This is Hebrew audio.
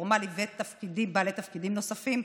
הבלתי-פורמלי ובעלי תפקידים נוספים.